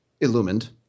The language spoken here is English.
illumined